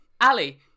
ali